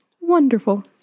Wonderful